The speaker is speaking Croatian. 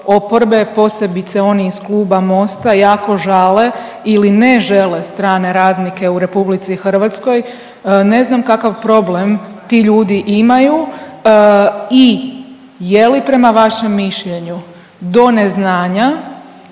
oporbe, posebice oni iz kluba MOST-a jako žale ili ne žele strane radnike u Republici Hrvatskoj ne znam kakav problem ti ljudi imaju i je li prema vašem mišljenju do neznanja